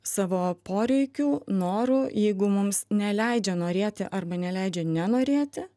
savo poreikių norų jeigu mums neleidžia norėti arba neleidžia nenorėti